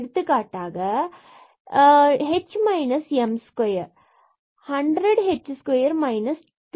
எடுத்துக்காட்டாக கொண்டிருந்தால் இந்த expression h minus minus 1000 h square minus 2000 h cube